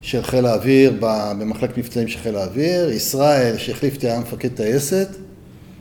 של חיל האוויר במחלקת מבצעים של חיל האוויר, ישראל, שהחליף אותי היה מפקד טייסת